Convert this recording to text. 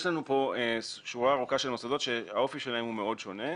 יש לנו פה שורה ארוכה של מוסדות שהאופי שלהם הוא מאוד שונה.